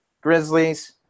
Grizzlies